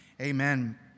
Amen